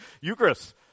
Eucharist